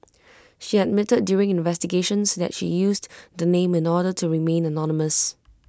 she admitted during investigations that she used the name in order to remain anonymous